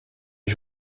les